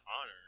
honor